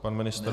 Pan ministr?